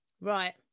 Right